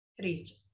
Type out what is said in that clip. region